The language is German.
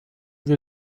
wir